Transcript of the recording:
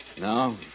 no